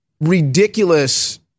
ridiculous